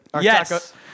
Yes